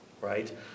right